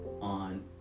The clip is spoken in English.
on